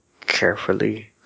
Carefully